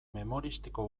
memoristiko